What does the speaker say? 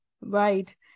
Right